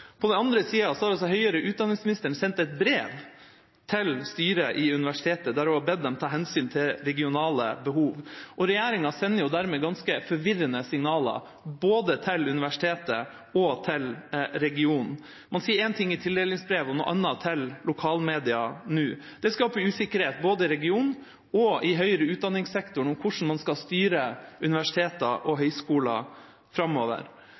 På den andre sida har forsknings- og høyere utdanningsministeren sendt et brev til styret i universitetet der hun har bedt dem ta hensyn til regionale behov. Regjeringa sender dermed ganske forvirrende signaler både til universitetet og til regionen. Man sier én ting i tildelingsbrevet og nå noe annet til lokalmedia. Det skaper usikkerhet både i regionen og i høyere utdanningssektoren om hvordan man skal styre universiteter og høyskoler framover.